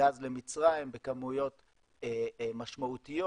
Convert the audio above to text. גז למצרים בכמויות משמעותיות,